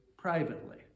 privately